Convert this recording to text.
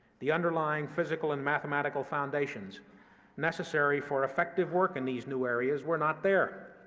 the underlying physical and mathematical foundations necessary for effective work in these new areas were not there.